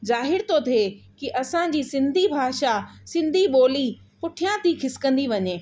ज़ाहिर थो थिए की असांजी सिंधी भाषा सिंधी ॿोली पुठियां थी खिस्कंदी वञे